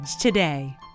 today